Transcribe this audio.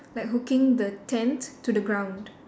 like hooking the tent to the ground